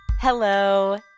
Hello